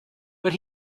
but